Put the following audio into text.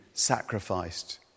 sacrificed